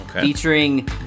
featuring